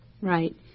right